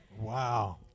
Wow